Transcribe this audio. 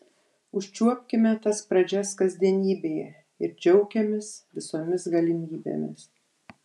užčiuopkime tas pradžias kasdienybėje ir džiaukimės visomis galimybėmis